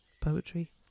poetry